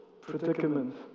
predicament